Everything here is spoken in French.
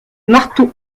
marteau